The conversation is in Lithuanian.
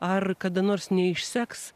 ar kada nors neišseks